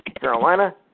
carolina